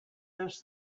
this